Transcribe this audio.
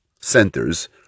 centers